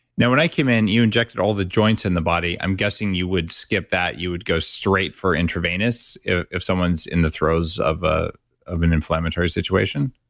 now when i came in, you injected all the joints in the body. i'm guessing you would skip that, you would go straight for intravenous if if someone's in the throes of ah of an inflammatory situation?